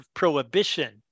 prohibition